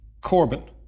corbyn